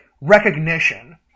recognition